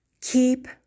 Keep